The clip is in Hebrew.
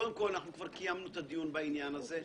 קודם כל, כבר קיימנו את הדיון בעניין הזה.